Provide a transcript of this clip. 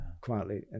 quietly